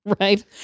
Right